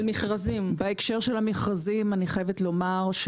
בנושא המכרזים זה מחייב דיון.